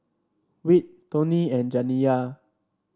Whit Toni and Janiya